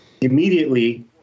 immediately